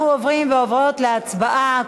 אנחנו עוברים ועוברות להצבעה.